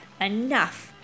enough